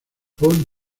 pont